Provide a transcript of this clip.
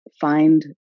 Find